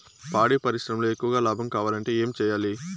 పాడి పరిశ్రమలో ఎక్కువగా లాభం కావాలంటే ఏం చేయాలి?